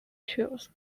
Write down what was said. trails